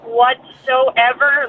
whatsoever